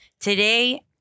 today